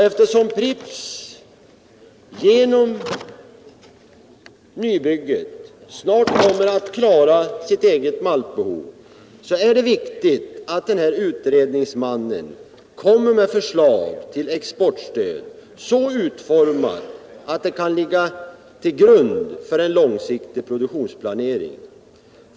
Eftersom Pripps genom nybygget snart kommer att klara sitt eget maltbehov är det viktigt att utredningsmannen kommer med förslag till exportstöd så utformat, att det kan ligga till grund för en långsiktig produktionsplanering.